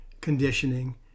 conditioning